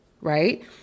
right